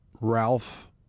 Ralph